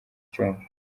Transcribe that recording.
icyuma